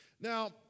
Now